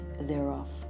thereof